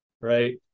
right